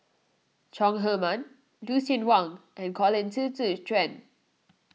Chong Heman Lucien Wang and Colin Qi Zhe Quan